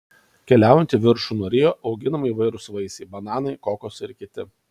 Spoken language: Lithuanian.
keliaujant į viršų nuo rio auginami įvairūs vaisiai bananai kokosai ir kiti